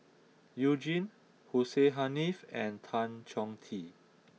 you Jin Hussein Haniff and Tan Chong Tee